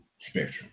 spectrum